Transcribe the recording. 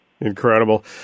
Incredible